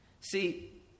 See